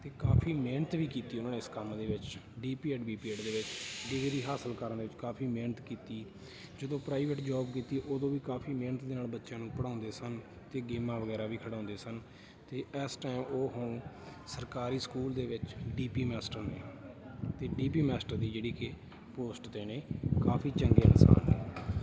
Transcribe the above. ਅਤੇ ਕਾਫ਼ੀ ਮਿਹਨਤ ਵੀ ਕੀਤੀ ਹੈ ਉਹਨਾਂ ਨੇ ਇਸ ਕੰਮ ਦੇ ਵਿੱਚ D P Ed B P Ed ਦੇ ਵਿੱਚ ਡਿਗਰੀ ਹਾਸਲ ਕਰਨ ਦੇ ਵਿੱਚ ਕਾਫ਼ੀ ਮਿਹਨਤ ਕੀਤੀ ਜਦੋਂ ਪ੍ਰਾਈਵੇਟ ਜੋਬ ਕੀਤੀ ਉਦੋਂ ਵੀ ਕਾਫ਼ੀ ਮਿਹਨਤ ਦੇ ਨਾਲ ਬੱਚਿਆਂ ਨੂੰ ਪੜ੍ਹਾਉਂਦੇ ਸਨ ਅਤੇ ਗੇਮਾਂ ਵਗੈਰਾ ਵੀ ਖਿਡਾਉਂਦੇ ਸਨ ਅਤੇ ਇਸ ਟਾਈਮ ਉਹ ਹੁਣ ਸਰਕਾਰੀ ਸਕੂਲ ਦੇ ਵਿੱਚ ਡੀ ਪੀ ਮਾਸਟਰ ਨੇ ਅਤੇ ਡੀ ਪੀ ਮਾਸਟਰ ਦੀ ਜਿਹੜੀ ਕਿ ਪੋਸਟ 'ਤੇ ਨੇ ਕਾਫ਼ੀ ਚੰਗੇ ਇਨਸਾਨ ਨੇ